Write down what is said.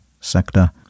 sector